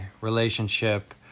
relationship